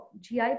GI